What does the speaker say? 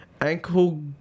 Ankle